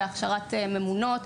בהכשרת ממונות,